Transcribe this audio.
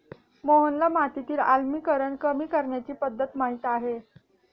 मोहनला मातीतील आम्लीकरण कमी करण्याची पध्दत माहित आहे